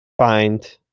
find